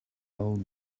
old